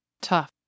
Tough